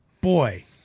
Boy